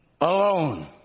alone